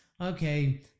okay